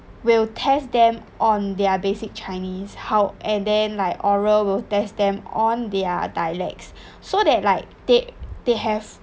will test them on their basic chinese how and then like oral will test them on their dialects so that like they they have